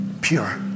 pure